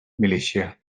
militia